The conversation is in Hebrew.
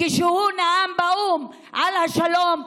כשהוא נאם באו"ם על השלום,